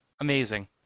Amazing